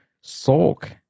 sulk